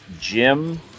jim